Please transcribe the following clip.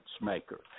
maker